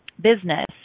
business